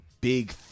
big